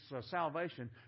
salvation